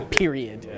period